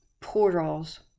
portals